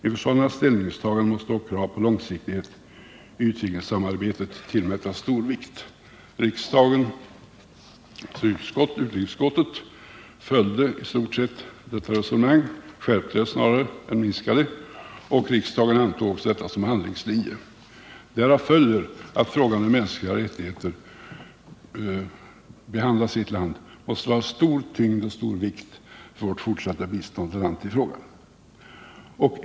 Inför sådana ställningstaganden måste dock kravet på långsiktighet i utvecklingssamarbetet tillmätas stor vikt.” Riksdagens utrikesutskott följde i stort sett detta resonemang, skärpte det snarare än mildrade det. Och riksdagen antog detta som handlingslinje. Därav följer att frågan hur de mänskliga rättigheterna behandlas i ett land måste vara av stor vikt vid bedömningen av fortsatt svenskt bistånd till landet i fråga.